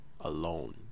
Alone